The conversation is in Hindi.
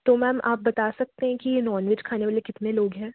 तो मैम आप बता सकते हैं कि यह नॉन वेज खाने वाले कितने लोग हैं